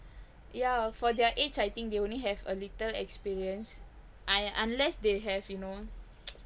ya for their age I think they only have a little experience I unless they have you know